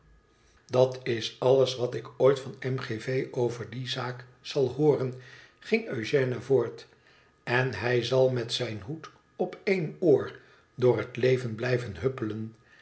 dat is alles wat ik ooit van m g v over die zaak zal hooren ging eugène voort en hij zal met zijn hoed op één oor door het leven blijven huppelen